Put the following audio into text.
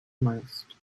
most